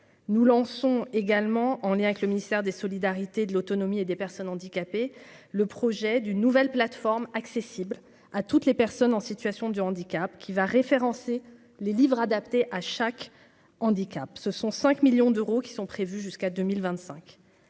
nous lançons également en lien avec le ministère des solidarités de l'autonomie et des personnes handicapées, le projet d'une nouvelle plateforme accessible à toutes les personnes en situation de handicap qui va référencer les livres adaptés à chaque handicap, ce sont 5 millions d'euros qui sont prévues jusqu'à 2025,